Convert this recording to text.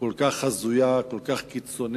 כל כך הזויה, כל כך קיצונית,